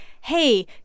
hey